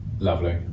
Lovely